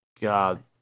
God